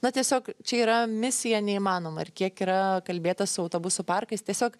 na tiesiog čia yra misija neįmanoma ir kiek yra kalbėta su autobusų parkais tiesiog